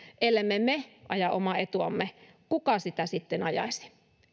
ellemme me aja omaa etuamme kuka sitä sitten ajaisi